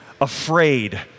afraid